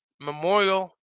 Memorial